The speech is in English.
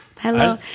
Hello